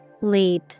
Leap